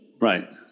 right